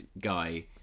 guy